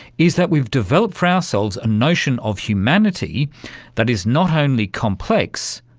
is that we've developed for ourselves a notion of humanity that is not only complex,